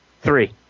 three